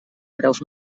preus